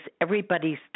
everybody's